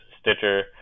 Stitcher